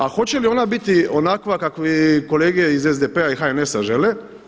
A hoće li ona biti onakva kakvu kolege iz SDP-a i HNS-a žele?